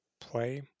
play